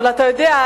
אבל אתה יודע,